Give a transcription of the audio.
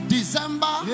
December